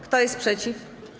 Kto jest przeciw?